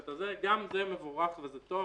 גם זה מבורך וזה טוב.